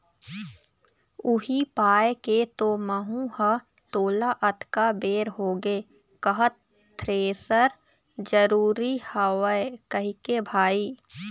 उही पाय के तो महूँ ह तोला अतका बेर होगे कहत थेरेसर जरुरी हवय कहिके भाई